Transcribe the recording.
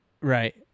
Right